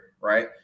Right